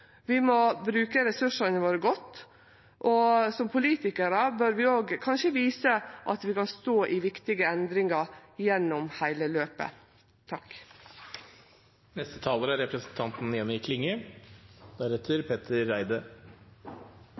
Vi må bruke ressursane våre godt, og som politikarar bør vi òg kanskje vise at vi kan stå i viktige endringar gjennom heile løpet. Å førebyggje og unngå lovbrot er